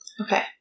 Okay